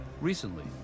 Recently